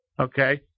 Okay